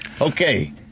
Okay